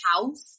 house